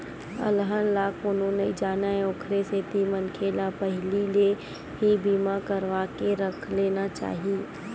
अलहन ला कोनो नइ जानय ओखरे सेती मनखे ल पहिली ले ही बीमा करवाके रख लेना चाही